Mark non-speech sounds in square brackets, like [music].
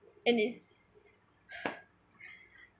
and it's [laughs]